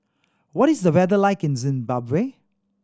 what is the weather like in Zimbabwe